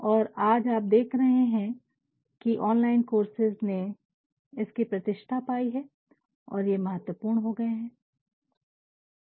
और आज आप देख रहे है की ऑनलाइन कोर्सेज ने इसकी प्रतिष्ठा पायी है और ये महत्वपूर्ण हो गए है